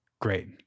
great